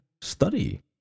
study